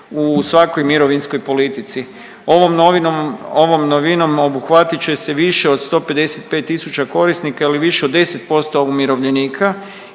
u svakoj mirovinskoj politici. Ovom novinom obuhvatit će se više od 155000 korisnika ili više od 10% umirovljenika.